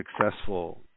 successful